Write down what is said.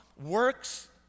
works